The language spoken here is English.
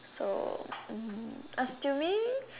so um as to me